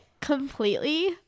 completely